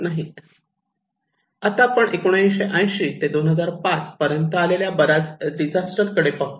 आता आपण 1980 ते 2005 पर्यंत आलेल्या बऱ्याच डिजास्टर कडे पाहू